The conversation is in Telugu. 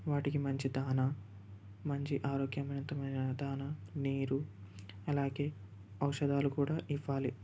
వాటికి మంచి దాణ మంచి ఆరోగ్యవంతమైన దాణ నీరు అలాగే ఔషధాలు కూడా ఇవ్వాలి